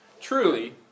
Truly